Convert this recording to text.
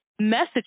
message